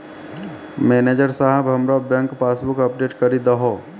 manager साहेब हमरो bank passbook update करि दहो